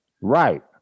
right